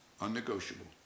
unnegotiable